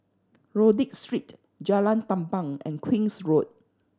Rodyk Street Jalan Tamban and Queen's Road